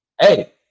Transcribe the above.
hey